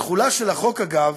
התחולה של החוק, אגב,